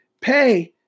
Pay